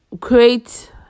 create